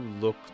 look